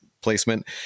placement